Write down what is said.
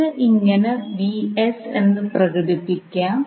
ഇത് ഇങ്ങനെ പ്രകടിപ്പിക്കാം